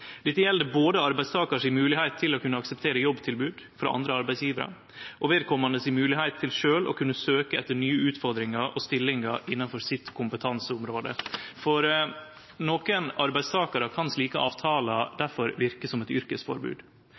Dette gjeld både arbeidstakar si moglegheit til å kunne akseptere jobbtilbod frå andre arbeidsgjevarar og vedkomande si moglegheit til sjølv å kunne søkje etter nye utfordringar og stillingar innanfor sitt kompetanseområde. For nokre arbeidstakarar kan slike avtalar difor verke som eit yrkesforbod.